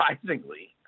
surprisingly